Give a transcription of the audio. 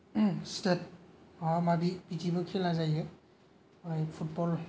स्तेत माबा माबि बिदिबो खेला जायो ओमफाय फुतबल